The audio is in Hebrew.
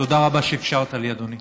תודה רבה שאפשרת לי, אדוני.